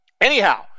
Anyhow